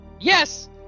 Yes